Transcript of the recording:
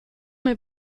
mir